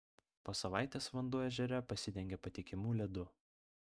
po savaitės vanduo ežere pasidengė patikimu ledu